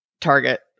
Target